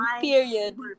period